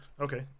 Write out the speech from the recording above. Okay